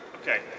Okay